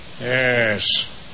Yes